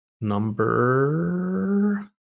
Number